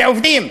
כעובדים,